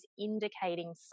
indicating